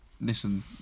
listen